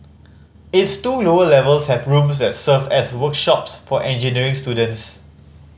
its two lower levels have rooms that serve as workshops for engineering students